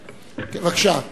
בבקשה.